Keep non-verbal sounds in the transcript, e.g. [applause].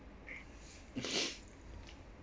[breath]